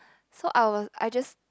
so I was I just